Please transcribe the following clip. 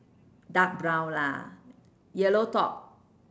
dark brown lah yellow top